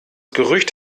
gerücht